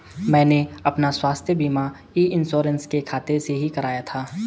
मैंने अपना स्वास्थ्य बीमा ई इन्श्योरेन्स के खाते से ही कराया था